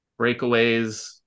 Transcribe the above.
breakaways